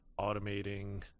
automating